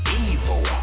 evil